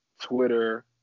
Twitter